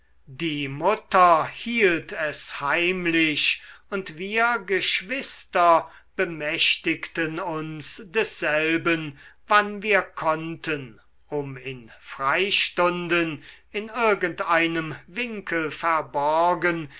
die mutter hielt es heimlich und wir geschwister bemächtigten uns desselben wann wir konnten um in freistunden in irgend einem winkel verborgen